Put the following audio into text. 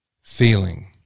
feeling